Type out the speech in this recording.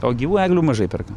o gyvų eglių mažai perka